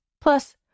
Plus